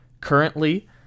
currently